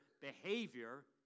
behavior